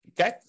Okay